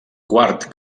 quart